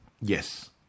Yes